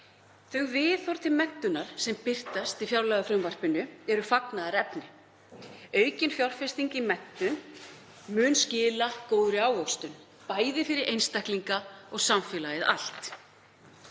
Þau viðhorf til menntunar sem birtast í fjárlagafrumvarpinu eru fagnaðarefni. Aukin fjárfesting í menntun mun skila góðri ávöxtun, bæði fyrir einstaklinga og samfélagið allt.